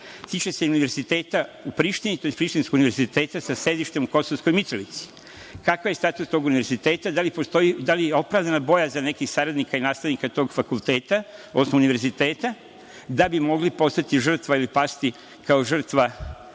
tiče se Univerziteta u Prištini, tj. prištinskog Univerziteta sa sedištem u Kosovskoj Mitrovici. Kakav je status tog univerziteta? Da li je opravdana bojazan nekih saradnika i nastavnika tog fakulteta, odnosno univerziteta, da bi mogli postati žrtva ili pasti kao žrtva